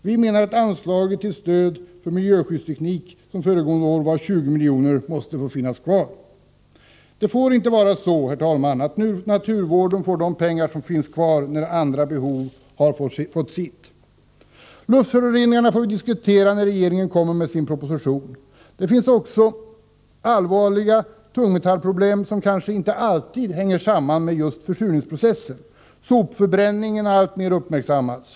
Vi menar att anslaget Stöd till miljöskyddsteknik, som föregående år var 20 milj.kr., måste få finnas kvar. Herr talman! Det får inte vara så, att naturvården får de pengar som finns kvar när andra behov har fått sitt. Luftföroreningarna får vi diskutera när regeringen kommer med sin proposition på området. Det finns också allvarliga tungmetallproblem, som kanske inte alltid hänger samman med just försurningsprocessen. Sopförbränningen har alltmer uppmärksammats.